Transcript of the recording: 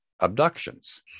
abductions